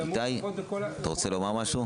איתי, אתה רוצה לומר משהו?